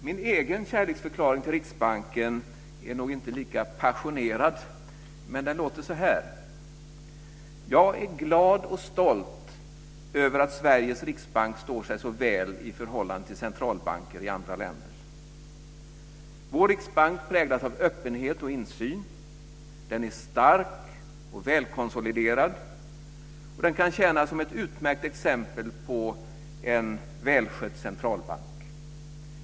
Min egen kärleksförklaring till Riksbanken är nog inte lika passionerad, men den låter så här: Jag är glad och stolt över att Sveriges riksbank står sig så väl i förhållande till centralbanker i andra länder. Vår riksbank präglas av öppenhet och insyn. Den är stark och välkonsoliderad, och den kan tjäna som ett utmärkt exempel på en välskött centralbank.